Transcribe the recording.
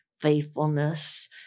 faithfulness